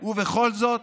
ובכל זאת,